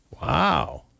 Wow